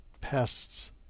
pest's